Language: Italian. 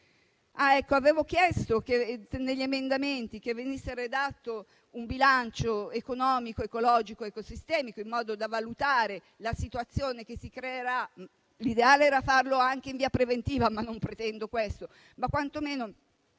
suolo. Avevo chiesto negli emendamenti che venisse redatto un bilancio economico, ecologico ed ecosistemico, in modo da valutare la situazione che si creerà. L'ideale era farlo in via preventiva; non pretendo questo, ma quantomeno